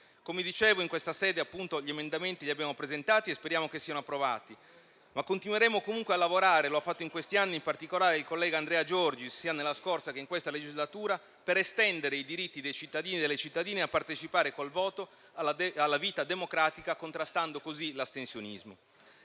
Come dicevo, in questa sede abbiamo presentato emendamenti che speriamo siano approvati, ma continueremo comunque a lavorare - lo ha fatto in questi anni, in particolare, il collega Andrea Giorgis, sia nella scorsa che in questa legislatura - per estendere i diritti dei cittadini e delle cittadine a partecipare col voto alla vita democratica, contrastando così l'astensionismo.